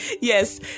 Yes